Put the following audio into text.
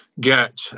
get